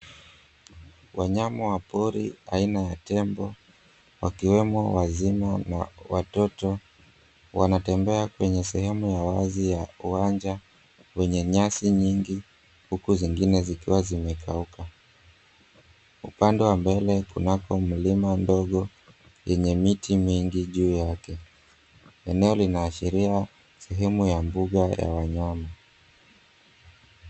Wanyama wa pori aina ya tembo, wakiwemo wazima na watoto, wanatembea kwenye sehemu ya wazi ya uwanja wenye nyasi nyingi, huku zingine zikiwa zimekauka. Upande wa mbele kunako mlima ndogo yenye miti mingi juu yake. Eneo linaashiria sehemu ya mbuga ya wanyama.